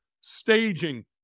staging